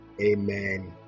Amen